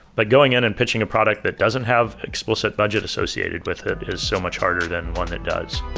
but going in and pitching a product that doesn't have explicit budget associated with it is so much harder than and does